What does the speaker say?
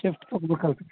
ಎಷ್ಟು ಕಟ್ಬೇಕಾಗತ್ತೆ ರೀ